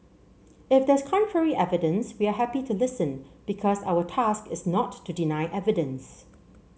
if there's contrary evidence we are happy to listen because our task is not to deny evidence